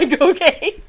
okay